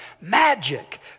magic